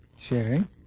sharing